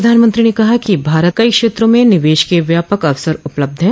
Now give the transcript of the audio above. प्रधानमंत्री ने कहा कि भारत में कई क्षेत्रों में निवेश के व्यापक अवसर उपलब्ध हैं